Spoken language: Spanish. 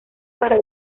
para